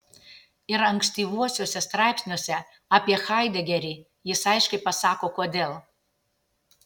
ir ankstyvuosiuose straipsniuose apie haidegerį jis aiškiai pasako kodėl